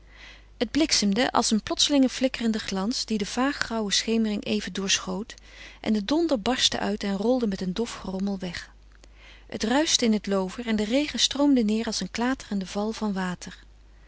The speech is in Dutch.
het bliksemde als een plotselinge flikkerende glans die de vaag grauwe schemering even doorschoot en de donder barstte uit en rolde met een dof gerommel weg het ruischte in het loover en de regen stroomde neêr als een klaterende val van water